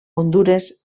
hondures